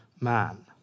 man